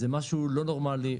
זה משהו לא נורמלי,